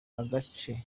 agace